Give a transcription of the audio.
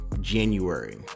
January